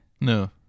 No